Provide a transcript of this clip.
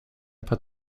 paar